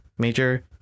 major